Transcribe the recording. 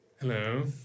Hello